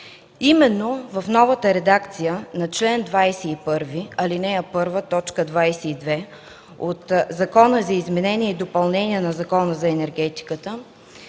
Именно в новата редакция на чл. 21, ал. 1, т. 22 от Закона за изменение и допълнение на Закона за енергетиката